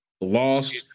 lost